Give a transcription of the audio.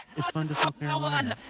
it's fun to smoke marijuana,